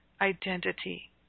identity